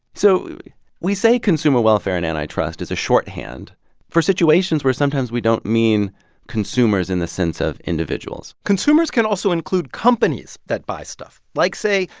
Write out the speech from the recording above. so we we say consumer welfare and antitrust is a shorthand for situations where sometimes we don't mean consumers in the sense of individuals consumers can also include companies that buy stuff, like, say,